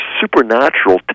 supernatural